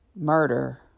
murder